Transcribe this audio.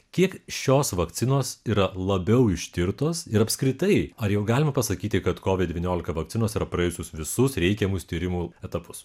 kiek šios vakcinos yra labiau ištirtos ir apskritai ar jau galima pasakyti kad covid devyniolika vakcinos yra praėjusius visus reikiamus tyrimų etapus